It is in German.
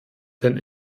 denn